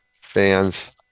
fans